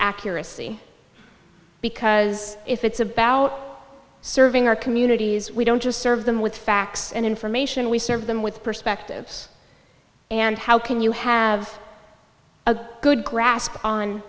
accuracy because if it's about serving our communities we don't just serve them with facts and information we serve them with perspectives and how can you have a good grasp on